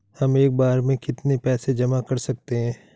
हम एक बार में कितनी पैसे जमा कर सकते हैं?